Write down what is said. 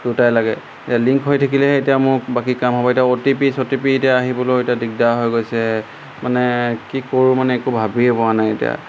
দুয়োটাই লাগে এতিয়া লিংক হৈ থাকিলেহে এতিয়া মোক বাকী কাম হ'ব এতিয়া অ' টি পি চ টি পি এতিয়া আহিবলৈ এতিয়া দিগদাৰ হৈ গৈছে মানে কি কৰোঁ মানে একো ভাবিয়ে পোৱা নাই এতিয়া